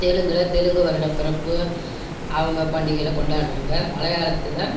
தெலுங்கில் தெலுங்கு வருடப்பிறப்பு அவங்க பண்டிகையில கொண்டாடுறாங்க மலையாளத்தில்